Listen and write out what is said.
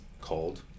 cold